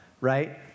right